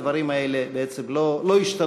הדברים האלה לא השתנו,